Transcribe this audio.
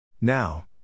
Now